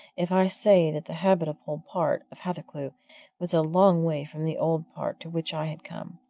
if i say that the habitable part of hathercleugh was a long way from the old part to which i had come.